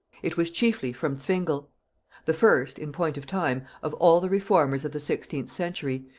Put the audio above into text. it was chiefly from zwingle the first, in point of time, of all the reformers of the sixteenth century,